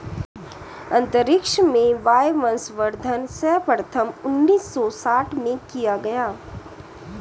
अंतरिक्ष में वायवसंवर्धन सर्वप्रथम उन्नीस सौ साठ में किया गया